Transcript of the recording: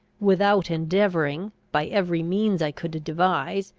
without endeavouring, by every means i could devise,